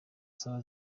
saba